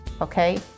okay